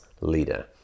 leader